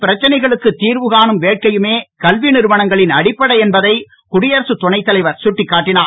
பிரச்சனைகளுக்கு திர்வுகாணும் வேட்கையுமே கல்வி நிறுவனங்களின் அடிப்படை என்பதை குடியரக துணைத் தலைவர் கட்டிக்காட்டினார்